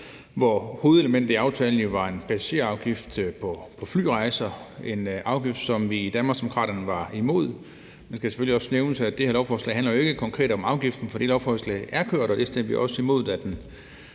hvor hovedelementet jo var en passagerafgift på flyrejser – en afgift, som vi i Danmarksdemokraterne var imod. Det skal selvfølgelig også nævnes, at det her lovforslag jo ikke konkret handler om afgiften, for det lovforslag er kørt igennem, og det stemte vi også imod på det